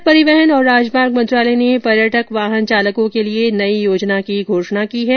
सड़क परिवहन और राजमार्ग मंत्रालय ने पर्यटक वाहन चालकों के लिए नई योजना की घोषणा की है